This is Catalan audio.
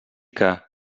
que